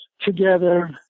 together